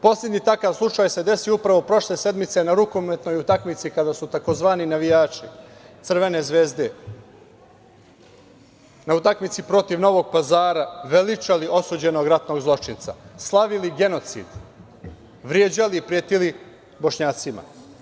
Poslednji takav slučaj se desio upravo prošle sedmice na rukometnoj utakmici kada su tzv. navijači Crvene zvezde, na utakmici protiv Novog Pazara veličali osuđenog ratnog zločinca, slavili genocid, vređali, pretili bošnjacima.